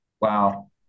Wow